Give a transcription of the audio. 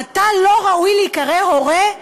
אתה לא ראוי להיקרא הורה?